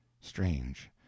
strange